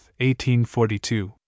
1842